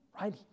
Right